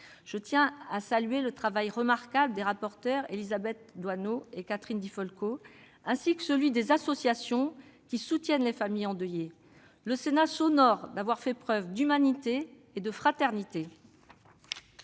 Je tiens à saluer le travail remarquable des rapporteurs Élisabeth Doineau et Catherine Di Folco, ainsi que celui des associations qui soutiennent les familles endeuillées. Le Sénat s'honore d'avoir fait preuve d'humanité et de fraternité.